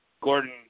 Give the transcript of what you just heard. Gordon